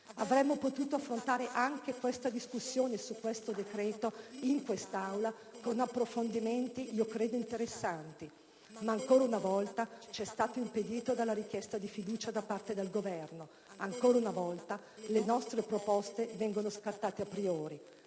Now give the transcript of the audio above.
avremmo potuto affrontare anche la discussione su questo provvedimento con approfondimenti che credo sarebbero stati interessanti, ma, ancora una volta, ci è stato impedito dalla richiesta di fiducia da parte del Governo; ancora una volta, le nostre proposte vengono scartate *a priori*.